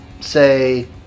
say